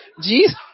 Jesus